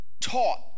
taught